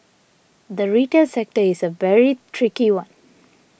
the retail sector is a very tricky one